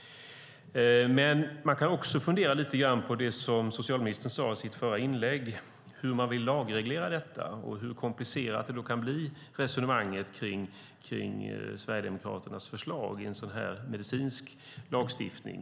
Man kan också fundera lite grann på det socialministern sade i sitt förra inlägg, nämligen hur man vill lagreglera detta och hur komplicerat resonemanget kring Sverigedemokraternas förslag då kan bli i en medicinsk lagstiftning.